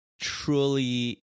truly